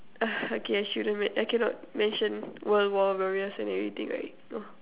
okay shouldn't men~ I cannot mention world war and everything right uh